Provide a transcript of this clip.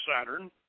Saturn